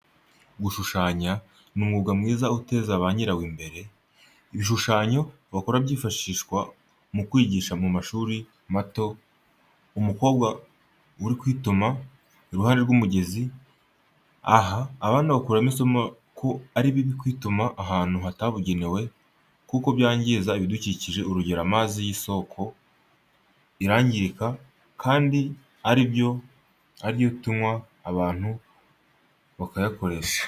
Gushushanya ni umwuga uteza banyirawo imbere, ibishushanyo bakora byifashishwa mu kwigisha mu mashuri mato, umukobwa uri kwituma iruhande rw'umugezi, aha abana bakuramo isomo ko ari bibi kwituma ahantu hatabugenewe kuko byangiza ibidukikishe, urugero amazi y'isoko arangirika kandi ariyo atunganwa abantu bakayakoresha.